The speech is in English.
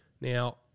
Now